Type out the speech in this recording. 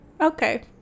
Okay